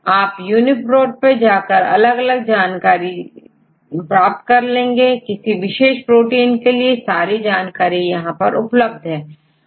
आपUnoProt पर जाकर अलग अलग संबंधित जानकारी प्राप्त कर लेंगे किसी विशेष प्रोटीन के लिए सारी जानकारी यहां उपलब्ध हो जाएगी